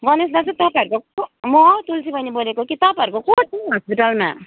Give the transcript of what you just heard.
गणेश दाजु तपाईँहरूको को म हौ तुलसी बैनी बोलेको कि तपाईँहरूको को छ हस्पिटलमा